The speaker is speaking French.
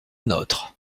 nôtre